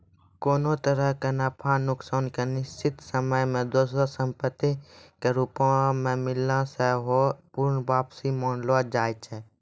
कोनो तरहो के नफा नुकसान के निश्चित समय मे दोसरो संपत्ति के रूपो मे मिलना सेहो पूर्ण वापसी मानलो जाय छै